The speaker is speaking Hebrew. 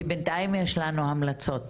כי בינתיים יש לנו המלצות,